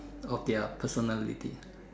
of their personality